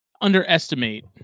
underestimate